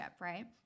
Right